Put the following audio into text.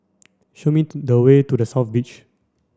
show me the way to The South Beach